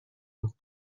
بود